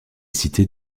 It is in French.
cité